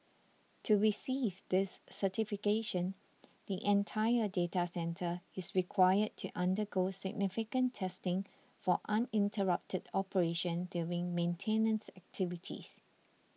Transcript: to receive this certification the entire data centre is required to undergo significant testing for uninterrupted operation during maintenance activities